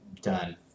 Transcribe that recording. done